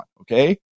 Okay